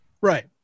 Right